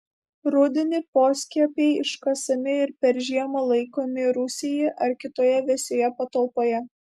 rudenį poskiepiai iškasami ir per žiemą laikomi rūsyje ar kitoje vėsioje patalpoje